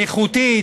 איכותית,